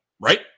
right